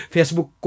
Facebook